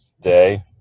day